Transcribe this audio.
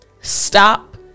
Stop